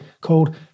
called